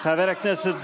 מספיק.